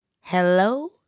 hello